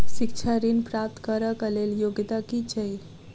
शिक्षा ऋण प्राप्त करऽ कऽ लेल योग्यता की छई?